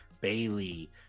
bailey